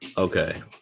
Okay